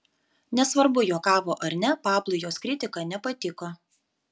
nesvarbu juokavo ar ne pablui jos kritika nepatiko